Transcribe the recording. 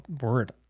word